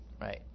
right